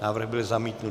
Návrh byl zamítnut.